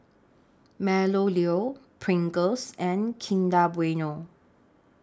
Meadowlea Pringles and Kinder Bueno